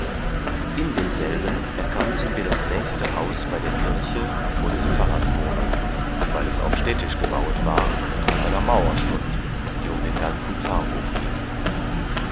in demselben erkannten wir das nächste haus bei der kirche vor des pfarrers wohnung weil es auf städtisch gebauet war und an einer maur stund die um den ganzen pfarrhof gieng